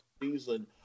season